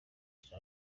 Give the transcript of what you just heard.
the